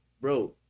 bro